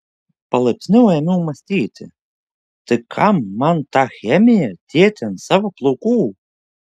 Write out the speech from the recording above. palaipsniui ėmiau mąstyti tai kam man tą chemiją dėti ant savų plaukų